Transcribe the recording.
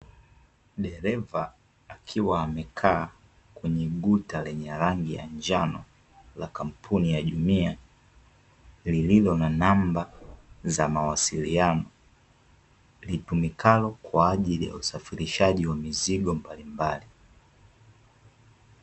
Dereva akiwa amekaa kwenye guta lenye rangi ya njano la kampuni ya Jumia lililo na namba za mawasiliano, litumikalo kwa ajili ya usafirishaji wa mizigo mbalimbali .